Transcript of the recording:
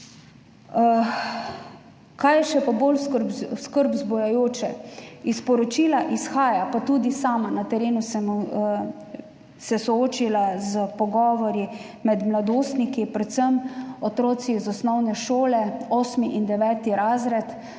Kaj je pa še bolj skrb vzbujajoče? Iz poročila izhaja, pa tudi sama sem se na terenu soočila s pogovori med mladostniki, predvsem otroki iz osnovne šole, osmi in deveti razred,